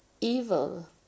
evil